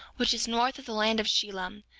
which is north of the land of shilom,